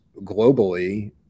globally